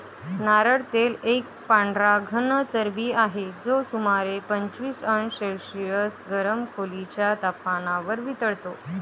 नारळ तेल एक पांढरा घन चरबी आहे, जो सुमारे पंचवीस अंश सेल्सिअस गरम खोलीच्या तपमानावर वितळतो